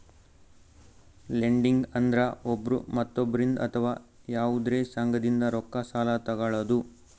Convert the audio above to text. lending ಅಂದ್ರ ಒಬ್ರ್ ಮತ್ತೊಬ್ಬರಿಂದ್ ಅಥವಾ ಯವಾದ್ರೆ ಸಂಘದಿಂದ್ ರೊಕ್ಕ ಸಾಲಾ ತೊಗಳದು